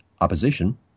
opposition